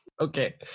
Okay